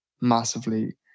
massively